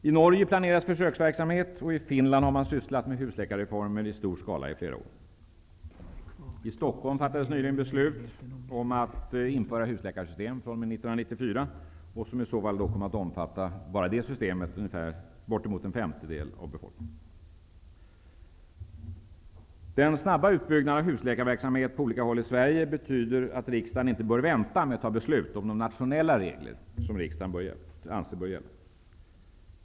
I Norge planeras försöksverksamhet, och i Finland har man sysslat med husläkarreformer i stor skala i flera år. I Stockholm fattades nyligen beslut om att införa ett husläkarsystem 1994, som kommer att omfatta bara det ungefär en femtedel av hela befolkningen. Den snabba utbyggnaden av husläkarverksamhet på olika håll i Sverige betyder att riksdagen inte bör vänta med att fatta beslut om de nationella regler som riksdagen anser bör gälla.